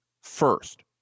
first